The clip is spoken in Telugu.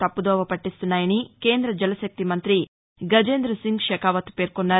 తప్పుదోవ పట్టిస్తున్నాయని కేంద జలశక్తి మంతి గజేందసింగ్ షెకావత్ పేర్కొన్నారు